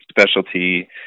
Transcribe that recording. Specialty